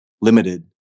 limited